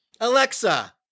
Alexa